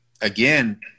again